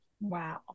Wow